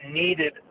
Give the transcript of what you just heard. needed –